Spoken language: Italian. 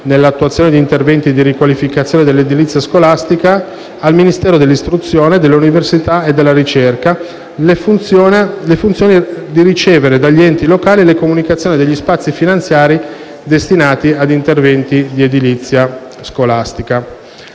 nell'attuazione di interventi di riqualificazione dell'edilizia scolastica) al Ministero dell'istruzione, dell'università e della ricerca la funzione di ricevere dagli enti locali la comunicazione degli spazi finanziari destinati ad interventi di edilizia scolastica.